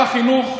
שרת החינוך,